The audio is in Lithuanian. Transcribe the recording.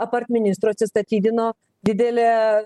apart ministro atsistatydino didelė